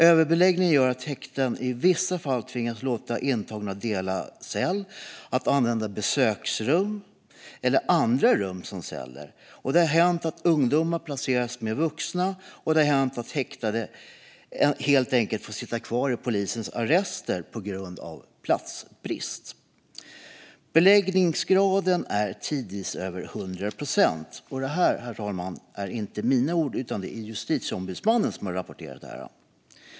Överbeläggningen gör att häkten i vissa fall tvingas låta intagna dela cell eller använda besöksrum och andra rum som celler. Det har hänt att ungdomar placeras med vuxna, och det har hänt att häktade helt enkelt har fått sitta kvar i polisens arrester på grund av platsbrist. Beläggningsgraden är tidvis över 100 procent. Detta är inte mina ord utan något som Justitieombudsmannen har rapporterat.